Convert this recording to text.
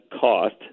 cost